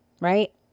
right